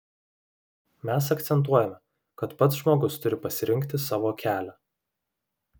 mes akcentuojame kad pats žmogus turi pasirinkti savo kelią